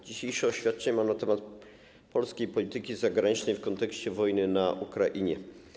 Dzisiejsze oświadczenie mam na temat polskiej polityki zagranicznej w kontekście wojny na Ukrainie.